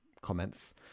comments